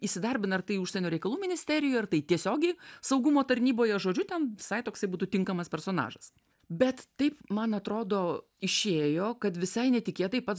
įsidarbina ar tai užsienio reikalų ministerijoj ar tai tiesiogiai saugumo tarnyboje žodžiu ten visai toksai būtų tinkamas personažas bet taip man atrodo išėjo kad visai netikėtai pats